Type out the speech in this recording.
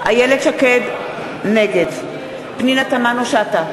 נגד פנינה תמנו-שטה,